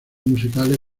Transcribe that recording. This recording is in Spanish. musicales